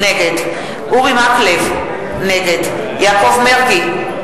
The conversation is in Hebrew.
נגד אורי מקלב, נגד יעקב מרגי,